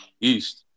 East